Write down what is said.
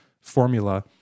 formula